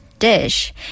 dish